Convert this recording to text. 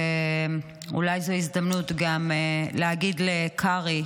ואולי זו הזדמנות גם להגיד לקרעי